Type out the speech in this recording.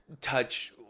touch